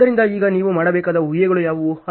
ಆದ್ದರಿಂದ ಈಗ ನೀವು ಮಾಡಬೇಕಾದ ಹೂಹೆಗಳು ಯಾವುವು